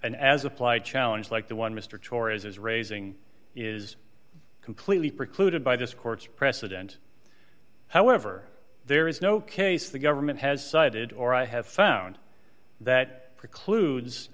as applied challenge like the one mr torres is raising is completely precluded by this court's precedent however there is no case the government has cited or i have found that precludes